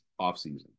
offseason